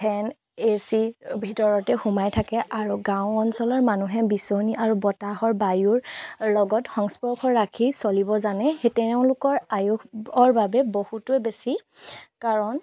ফেন এ চি ভিতৰতে সোমাই থাকে আৰু গাঁও অঞ্চলৰ মানুহে বিচনী আৰু বতাহৰ বায়ুৰ লগত সংস্পৰ্শ ৰাখি চলিব জানে সেই তেওঁলোকৰ আয়ুসৰ বাবে বহুতে বেছি কাৰণ